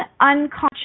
unconscious